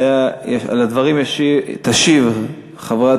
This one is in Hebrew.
על הדברים תשיב חברת